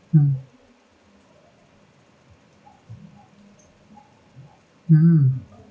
mm mm